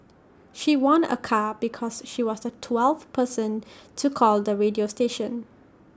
she won A car because she was the twelfth person to call the radio station